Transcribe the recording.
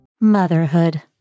Motherhood